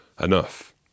enough